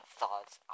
thoughts